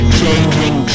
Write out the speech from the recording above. changing